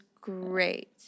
great